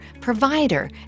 provider